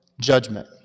judgment